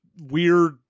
weird